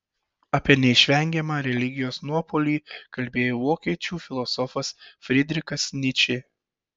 apie neišvengiamą religijos nuopuolį kalbėjo vokiečių filosofas frydrichas nyčė